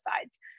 sides